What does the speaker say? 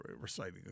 reciting